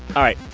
all right.